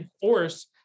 force